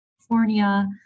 california